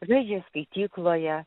žaidžia skaitykloje